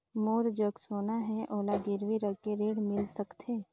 मोर जग सोना है ओला गिरवी रख के ऋण मिल सकथे?